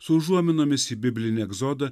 su užuominomis į biblinį egzodą